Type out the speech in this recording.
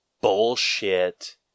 bullshit